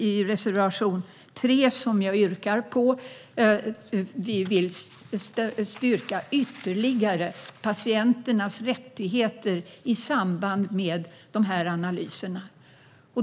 I reservation 3, som jag yrkar bifall till, vill vi stärka patienternas rättigheter ytterligare i samband med de här analyserna.